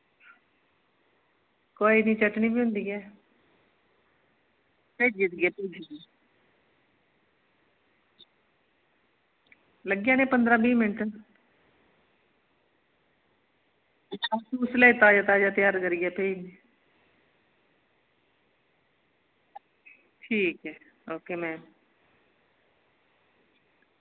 कोई निं चटनी बी होंदी ऐ भेज्जी ओड़गे फ्ही लग्गी जाने पंदरां बीह् मिंट उसलै गै ताजा ताजा त्यार करियै भेजनी आं ठीक ऐ ओके मैम